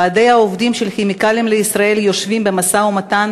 ועדי העובדים של "כימיקלים לישראל" יושבים במשא-ומתן